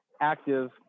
active